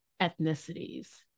ethnicities